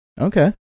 Okay